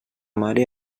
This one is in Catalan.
mare